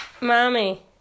Mommy